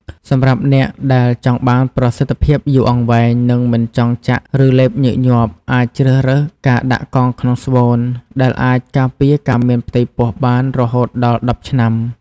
សម្រាប់អ្នកដែលចង់បានប្រសិទ្ធភាពយូរអង្វែង និងមិនចង់ចាក់ឬលេបញឹកញាប់ អាចជ្រើសរើសការដាក់កងក្នុងស្បូន ដែលអាចការពារការមានផ្ទៃពោះបានរហូតដល់ ១០ ឆ្នាំ។